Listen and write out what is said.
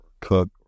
cook